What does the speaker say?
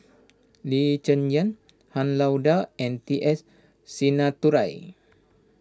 Lee Cheng Yan Han Lao Da and T S Sinnathuray